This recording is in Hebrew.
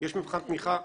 יש מבחן תמיכה,